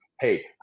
hey